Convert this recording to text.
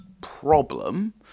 problem